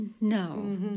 no